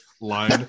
line